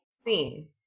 seen